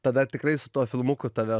tada tikrai su tuo filmuku tave